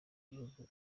gihugu